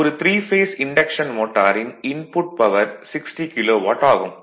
ஒரு three phase induction மோட்டாரின் input power 60 kilowatt ஆகும்